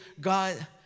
God